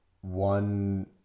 one –